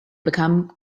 become